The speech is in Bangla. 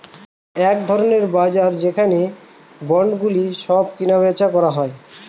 এক ধরনের বাজার যেখানে বন্ডগুলো সব বেচা হয়